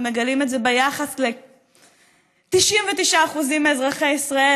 אנחנו מגלים את זה ביחס ל-99% מאזרחי ישראל,